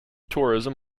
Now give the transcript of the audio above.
tourism